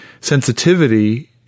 sensitivity